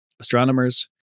Astronomers